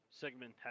Segment